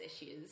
issues